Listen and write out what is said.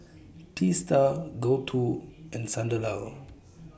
Teesta Gouthu and Sunderlal